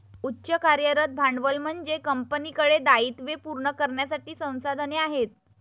उच्च कार्यरत भांडवल म्हणजे कंपनीकडे दायित्वे पूर्ण करण्यासाठी संसाधने आहेत